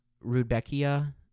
Rudbeckia